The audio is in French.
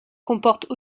comportent